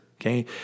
Okay